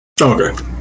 Okay